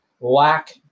lack